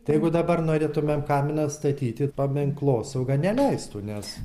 tai jeigu dabar norėtumėm kaminą statyti paminklosauga neleistų ne